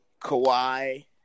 Kawhi